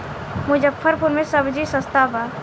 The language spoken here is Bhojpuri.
मुजफ्फरपुर में सबजी सस्ता बा